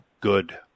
good